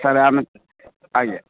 sir ଆମେ ଆଜ୍ଞା